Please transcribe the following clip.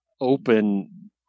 open